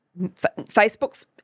Facebook's